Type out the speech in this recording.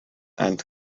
and